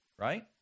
right